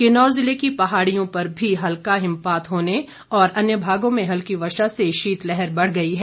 किन्नौर जिले की पहाड़ियों पर भी हल्का हिमपात होने और अन्य भागों में हल्की वर्षा से शीत लहर बढ़ गई है